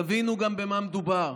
תבינו גם במה מדובר,